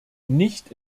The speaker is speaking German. nicht